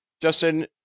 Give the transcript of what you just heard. Justin